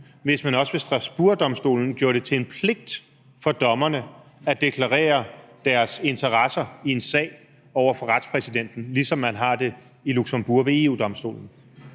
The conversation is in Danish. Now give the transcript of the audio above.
hvis man også ved Strasbourgdomstolen gjorde det til en pligt for dommerne at deklarere deres interesser i en sag over for retspræsidenten, ligesom det gælder i Luxembourg ved EU-domstolen?